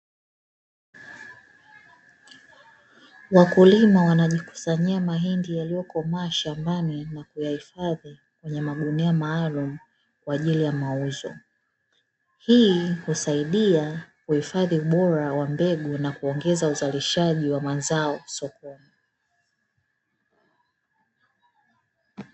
Wakulima wanajikusanyia mahindi yaliyokomaa shambani na kuyahifadhi kwenye magunia maalumu kwa ajili ya mauzo. Hii husaidia kuhifadhi ubora wa mbegu na kuongeza uzalishaji wa mazao sokoni.